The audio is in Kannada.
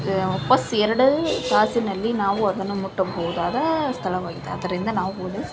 ವಾಪಸ್ ಎರಡು ತಾಸಿನಲ್ಲಿ ನಾವು ಅದನ್ನು ಮುಟ್ಟಬಹುದಾದ ಸ್ಥಳವಾಗಿದೆ ಆದ್ದರಿಂದ ನಾವು ಹೋದೆವು